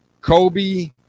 Kobe